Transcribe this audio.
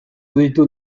ditut